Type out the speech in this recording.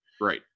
Right